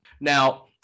Now